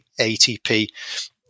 ATP